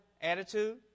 attitude